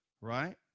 Right